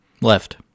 Left